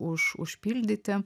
už užpildyti